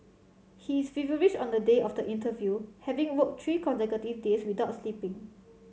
he is feverish on the day of the interview having worked three consecutive days without sleeping